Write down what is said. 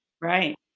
right